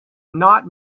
not